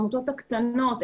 העמותות הקטנות,